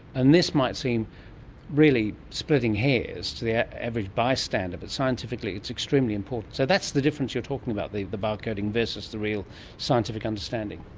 and this might seem really splitting hairs to the average bystander, but scientifically it's extremely important. so that's the difference you're talking about, the the bar-coding versus the real scientific understanding.